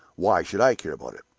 why should i care about it?